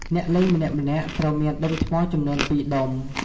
អ្នកលេងម្នាក់ៗត្រូវមានដុំថ្មចំនួន ២ ដុំ។